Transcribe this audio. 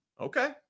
Okay